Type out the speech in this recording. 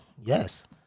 yes